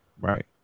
Right